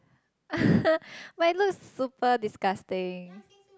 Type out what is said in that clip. but it looks super disgusting